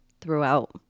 throughout